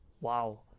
Wow